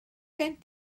gen